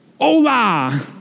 hola